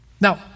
Now